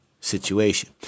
situation